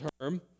term